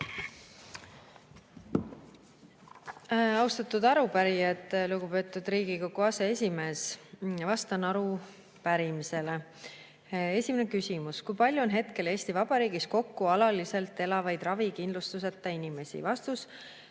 Austatud arupärijad! Lugupeetud Riigikogu aseesimees! Vastan arupärimisele. Esimene küsimus: "Kui palju on hetkel Eesti Vabariigis kokku alaliselt elavaid ravikindlustuseta inimesi?" Vastus.